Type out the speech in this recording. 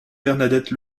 bernadette